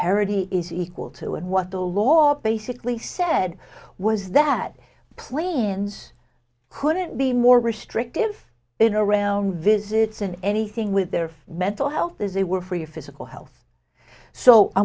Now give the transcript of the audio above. parity is equal to and what the law basically said was that planes couldn't be more restrictive in around visits and anything with their mental health as it were for your physical health so i